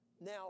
Now